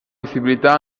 visibilità